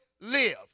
live